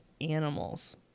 animals